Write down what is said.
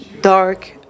dark